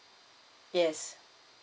yes